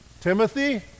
Timothy